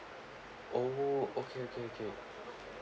oh okay okay okay